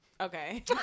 okay